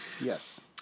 yes